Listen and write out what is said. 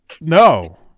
No